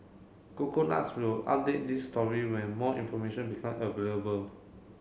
coconuts will update this story when more information become available